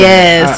Yes